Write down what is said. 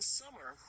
summer